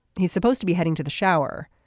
he's supposed to be heading to the shower.